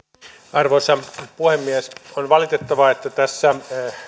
arvoisa puhemies on valitettavaa että tässä